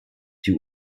die